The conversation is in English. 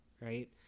right